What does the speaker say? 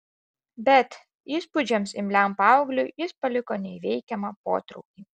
bet įspūdžiams imliam paaugliui jis paliko neįveikiamą potraukį